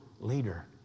Leader